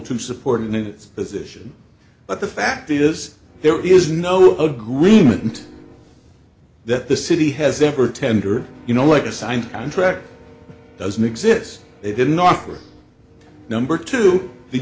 to support a new position but the fact is there is no agreement that the city has ever tender you know like a signed contract doesn't exist they didn't offer number two the